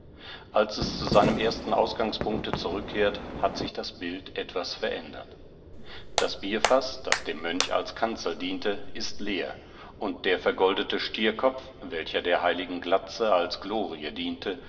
als es zu seinem ersten ausgangspunkte zurückkehrt hat sich das bild etwas verändert das bierfaß das dem mönch als kanzel diente ist leer und der vergoldete stierkopf welcher der heiligen glatze als glorie diente